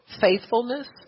faithfulness